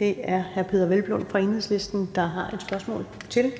Det er hr. Peder Hvelplund fra Enhedslisten, der har et spørgsmål til